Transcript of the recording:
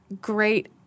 great